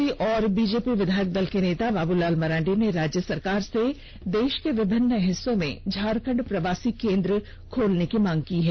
झढ पूर्व मुख्यमंत्री व बीजेपी विधायक दल के नेता बाबूलाल मरांडी ने राज्य सरकार से देश के विभिन्न हिस्सों में झारखंड प्रवासी केंद्र खोलने की मांग की है